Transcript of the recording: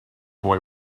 boy